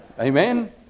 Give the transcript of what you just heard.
Amen